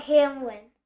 Hamlin